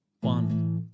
one